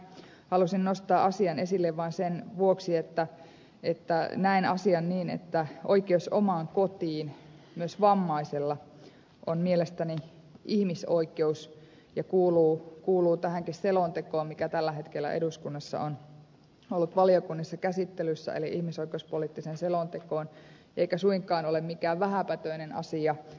halusin nostaa asian esille vain sen vuoksi että näen asian niin että oikeus omaan kotiin myös vammaisella on mielestäni ihmisoikeus ja kuuluu tähänkin selontekoon mikä tällä hetkellä eduskunnassa on ollut valiokunnissa käsittelyssä eli ihmisoikeuspoliittiseen selontekoon eikä suinkaan ole mikään vähäpätöinen asia